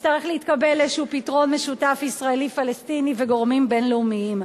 יצטרך להתקבל איזה פתרון משותף ישראלי-פלסטיני וגורמים בין-לאומיים.